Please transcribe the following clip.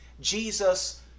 Jesus